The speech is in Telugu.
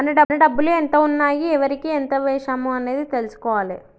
మన డబ్బులు ఎంత ఉన్నాయి ఎవరికి ఎంత వేశాము అనేది తెలుసుకోవాలే